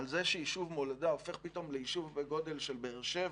על זה שהיישוב מולדה הופך פתאום ליישוב בגודל של באר שבע,